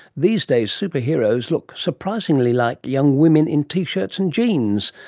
these days, superheroes look surprisingly like young women in t-shirts and jeans,